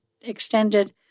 extended